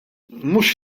mhux